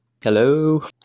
hello